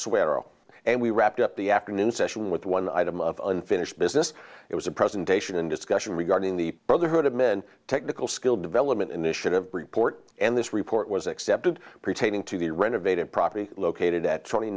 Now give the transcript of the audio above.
oh and we wrapped up the afternoon session with one item of unfinished business it was a presentation and discussion regarding the brotherhood of men technical skill development initiative report and this report was accepted pertaining to the renovated property located at twenty